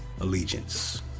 allegiance